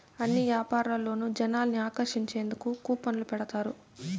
అన్ని యాపారాల్లోనూ జనాల్ని ఆకర్షించేందుకు కూపన్లు పెడతారు